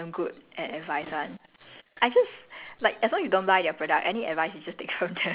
then afterwards err then this other salesperson right I think salesperson are damn good at advice [one]